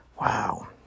Wow